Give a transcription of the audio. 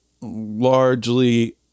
largely